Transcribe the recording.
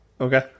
Okay